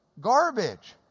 garbage